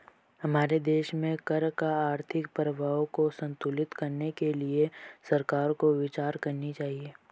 हमारे देश में कर का आर्थिक प्रभाव को संतुलित करने के लिए सरकार को विचार करनी चाहिए